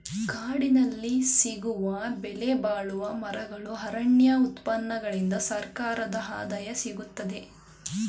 ಕಾಡಿನಲ್ಲಿ ಸಿಗುವ ಬೆಲೆಬಾಳುವ ಮರಗಳು, ಅರಣ್ಯ ಉತ್ಪನ್ನಗಳಿಂದ ಸರ್ಕಾರದ ಆದಾಯ ಸಿಗುತ್ತದೆ